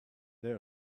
there